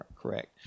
correct